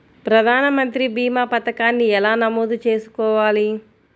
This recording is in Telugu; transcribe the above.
ప్రధాన మంత్రి భీమా పతకాన్ని ఎలా నమోదు చేసుకోవాలి?